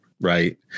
Right